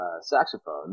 saxophone